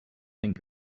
think